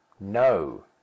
No